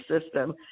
system